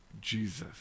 Jesus